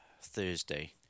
Thursday